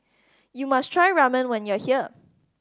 you must try Ramen when you are here